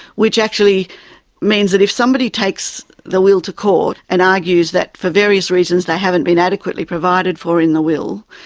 which actually means that if somebody takes the will to court and argues that for various reasons they haven't been adequately provided for in the will,